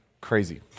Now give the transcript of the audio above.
crazy